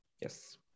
Yes